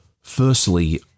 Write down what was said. Firstly